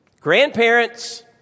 grandparents